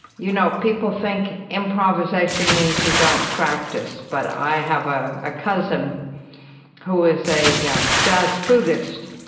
you know, people think improvisation means you don't practice. but i have ah a cousin who is a yeah jazz flutist,